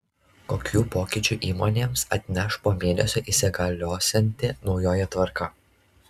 kokių pokyčių įmonėms atneš po mėnesio įsigaliosianti naujoji tvarka